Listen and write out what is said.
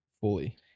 fully